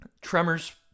Tremors